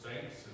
Thanks